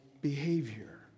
behavior